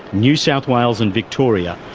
new south wales and victoria,